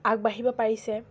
আগবাঢ়িব পাৰিছে